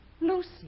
Lucy